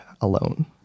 alone